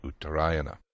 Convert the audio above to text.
Uttarayana